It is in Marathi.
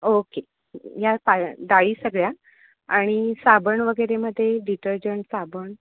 ओके या पा डाळी सगळ्या आणि साबण वगैरे मध्ये डिटर्जंट साबण